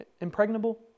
Impregnable